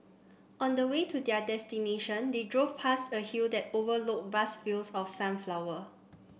on the way to their destination they drove past a hill that overlooked vast fields of sunflower